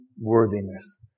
worthiness